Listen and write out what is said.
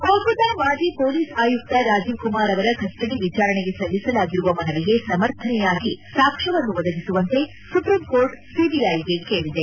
ಕೋಲ್ಕತ್ತಾ ಮಾಜಿ ಪೊಲೀಸ್ ಆಯುಕ್ತ ರಾಜೀವ್ ಕುಮಾರ್ ಅವರ ಕಸ್ಪಡಿ ವಿಚಾರಣೆಗೆ ಸಲ್ಲಿಸಲಾಗಿರುವ ಮನವಿಗೆ ಸಮರ್ಥನೆಯಾಗಿ ಸಾಕ್ಷ್ಯವನ್ನು ಒದಗಿಸುವಂತೆ ಸುಪ್ರೀಂಕೋರ್ಟ್ ಸಿಬಿಐಗೆ ಕೇಳಿದೆ